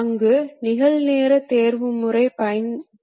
ஒன்று நல்ல அளவுடைய அமைவு நேரம் தேவைப்படும் சூழ்நிலை